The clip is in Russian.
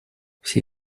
все